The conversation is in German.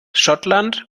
schottland